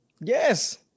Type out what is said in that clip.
yes